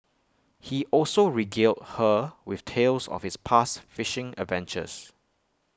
he also regaled her with tales of his past fishing adventures